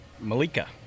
Malika